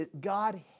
God